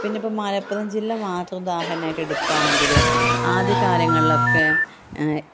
പിന്നെ ഇപ്പം മലപ്പുറം ജില്ല മാത്രം ഉദാഹരണമായിട്ട് എടുക്കുകയാണെങ്കിൽ ആദ്യകാലങ്ങളിലൊക്കെ